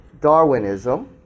Darwinism